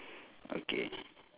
okay